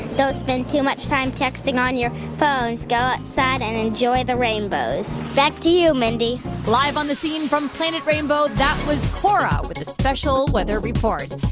so spend too much time texting on your phones. go outside and enjoy the rainbows. back to you, mindy live on the scene from planet rainbow, that was cora with a special weather report.